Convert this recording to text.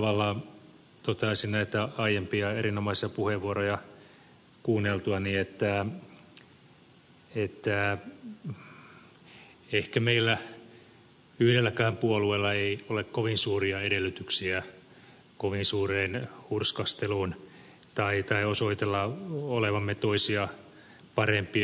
vaalirahoituksesta niin toteaisin näitä aiempia erinomaisia puheenvuoroja kuunneltuani että ehkä meillä yhdelläkään puolueella ei ole kovin suuria edellytyksiä kovin suureen hurskasteluun tai osoitella olevamme toisia parempia